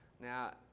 Now